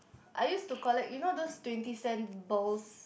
I used to collect you know those twenty cent balls